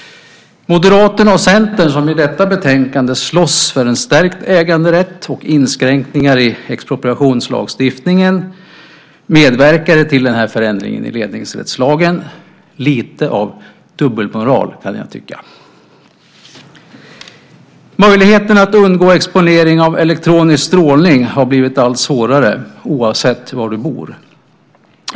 Moderaterna och Centern, som i detta betänkande slåss för en stärkt äganderätt och inskränkningar i expropriationslagstiftningen, medverkade till den här förändringen i ledningsrättslagen. Det är lite av dubbelmoral, kan jag tycka. Möjligheten att undgå exponering av elektronisk strålning har blivit allt svårare, oavsett var du bor.